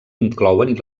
inclouen